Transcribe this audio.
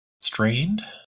strained